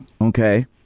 Okay